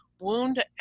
wound